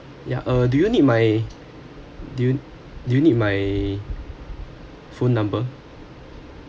ya uh do you need my do you do you need my phone number